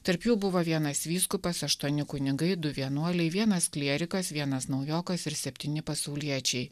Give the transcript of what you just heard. tarp jų buvo vienas vyskupas aštuoni kunigai du vienuoliai vienas klierikas vienas naujokas ir septyni pasauliečiai